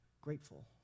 grateful